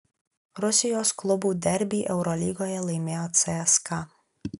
rusijos klubų derbį eurolygoje laimėjo cska